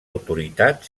autoritat